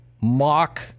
mock